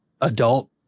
adult